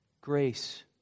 Grace